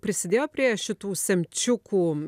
prisidėjo prie šitų semčiukų